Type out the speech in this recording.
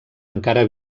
encara